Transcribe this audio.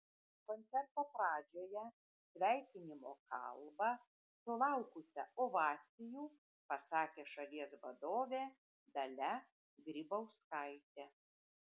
koncerto pradžioje sveikinimo kalbą sulaukusią ovacijų pasakė šalies vadovė dalia grybauskaitė